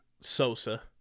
Sosa